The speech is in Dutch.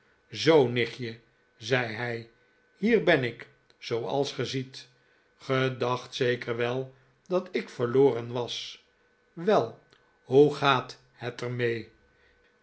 zoo nichtje zei hij hier ben ik zooals ge ziet ge dacht zeker wel dat ik verloren was wel hoe gaat het er